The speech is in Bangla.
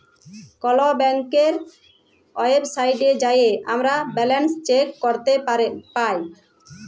কল ব্যাংকের ওয়েবসাইটে যাঁয়ে আমরা ব্যাল্যান্স চ্যাক ক্যরতে পায়